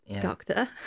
doctor